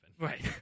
Right